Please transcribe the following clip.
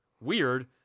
weird